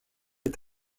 est